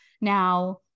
Now